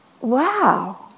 wow